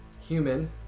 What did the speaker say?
human